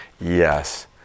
yes